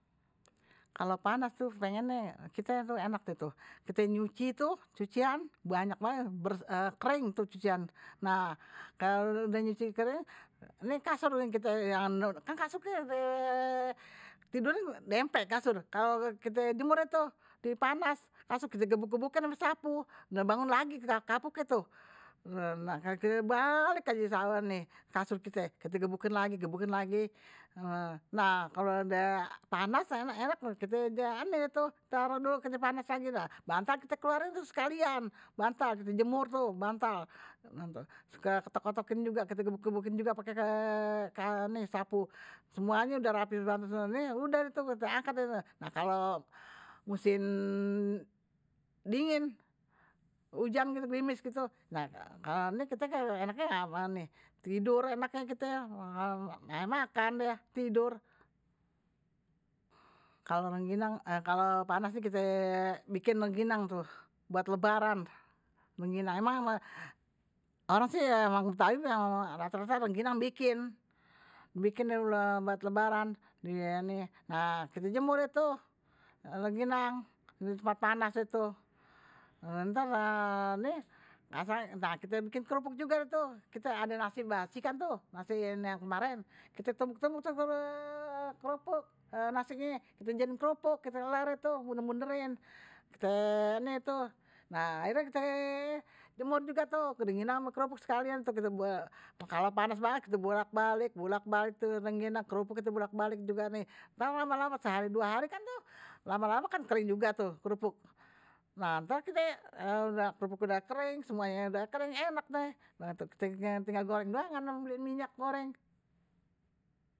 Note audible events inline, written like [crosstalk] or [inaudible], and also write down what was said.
Kalau panas tuh pinginye kite enak tuh, kite nyuci tuh cuian udah banyak banget, kite bangun kering tuh cucian, nah kalo udah nyuci kering, nih kasur, [unintelligible] kan kasur kalo kite tidurin demplek kasur, kalo kite jemur deh tuh dipanas kasur kite gebuk gebukin ame sapu nah bangun lagi tuh kapuknye tuh, [hesitation] kite balik aje [hesitation] kasur kite, kite gebukin lagi gebukin lagi [hesitation] nah kalo udah panas, enak tuh kite [hesitation] taro dulu keje panas lagi, bantal kite keluarin tuh sekalian, bantal kite jemur tuh, bantal ketok ketokin juga kite gebukin juga pake [hesitation] sapu, semuanye kalo udah rapi udah ni, udah deh tuh kite angkat nah kalo musim dingin, hujan hitu gerimis kite [hesitation] enaknye tidur ame makan deh, tidur. Kalo rengginang, [hesitation] kalo panas nih kite bikin rengginang tuh buat lebaran, rengginang emang orang sih betawi rata rata rengginang bikin, bikin deh buat lebaran, nah kite jemur tuh rengginang ditempat panas deh tuh, ntar [hesitation] kite bikin kerupuk juga deh tuh, kite kan ada nasi basi kan tuh nasi yang kemaren, kite tumbuk tumbuk tuh [unintelligible] krupuk nasinye kite jadiin kerupuk, kite nih tuh nah kite jemur juga rengginang ame krupuk juga sekalian tuh, kalo panas banget kite bolak balik bolak balik tuh rengginang, krupuk kite bolak balik juga nih, ntar lama lama sehari dua hari kan tuh kering juga tuh, nah ntar kite kerupuknye udah kering semuanye udah kering enak deh kite tinggal goreng aje beliin minyak goreng.